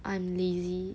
I am lazy